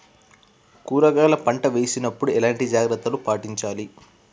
కూరగాయల పంట వేసినప్పుడు ఎలాంటి జాగ్రత్తలు పాటించాలి?